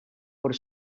por